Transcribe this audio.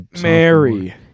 Mary